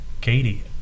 Katie